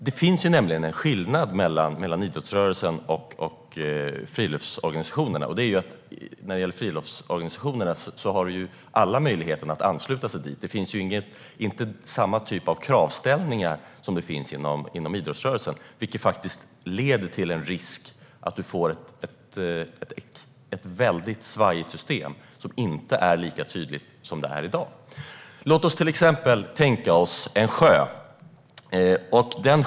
Det finns nämligen en skillnad mellan idrottsrörelsen och friluftsorganisationerna. När det gäller friluftsorganisationerna har alla möjlighet att ansluta sig dit. Där finns inte samma typ av kravställningar som finns inom idrottsrörelsen, vilket leder till en risk för att vi får ett svajigt system som inte är lika tydligt som i dag. Låt oss till exempel tänka oss en sjö.